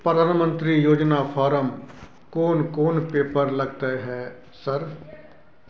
प्रधानमंत्री योजना फारम कोन कोन पेपर लगतै है सर?